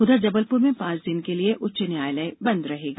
उधर जबलपुर में पांच दिन के लिए उच्च न्यायालय बंद रहेगा